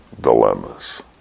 dilemmas